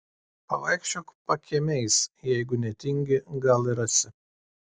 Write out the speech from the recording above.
pavaikščiok pakiemiais jeigu netingi gal ir rasi